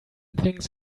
thinks